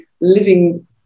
living